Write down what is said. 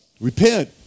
repent